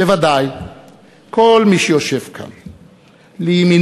בוודאי כל מי שיושב כאן לימיני,